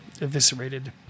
eviscerated